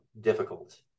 difficult